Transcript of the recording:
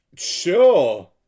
sure